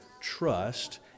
trust